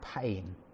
pain